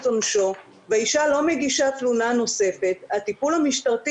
עונשו והאישה לא מגישה תלונה נוספת הטיפול המשטרתי